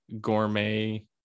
gourmet